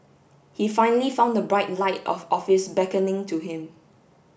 he finally found the bright light of office beckoning to him